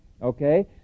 Okay